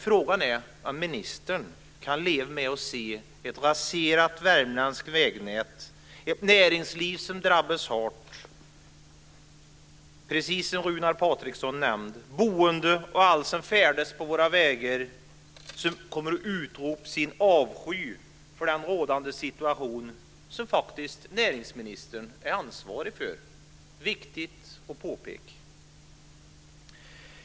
Frågan är om ministern kan leva med att se ett raserat värmländskt vägnät och ett näringsliv som drabbas hårt, precis som Runar Patriksson nämnde. Boende och alla som färdas på våra vägar kommer att uttrycka sin avsky för den rådande situation, som näringsministern är ansvarig för. Det är viktigt att påpeka.